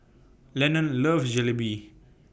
Lennon loves Jalebi